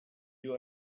you